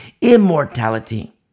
immortality